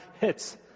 hits